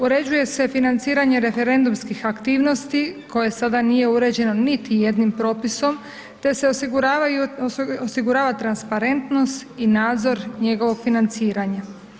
Uređuje se financiranje referendumskih aktivnosti koje do sada nije uređeno niti jednim propisom te se osigurava transparentnost i nadzor njegovog financiranja.